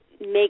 make